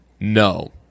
no